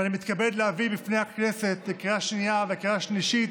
ואני מתכבד להביא בפני הכנסת לקריאה שנייה ולקריאה שלישית